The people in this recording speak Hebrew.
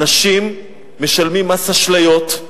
אנשים משלמים מס אשליות,